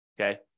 okay